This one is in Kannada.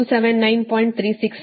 36 ಕೋನ ಮೈನಸ್ 36